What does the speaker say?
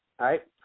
right